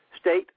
state